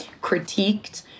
critiqued